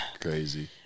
crazy